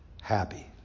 happy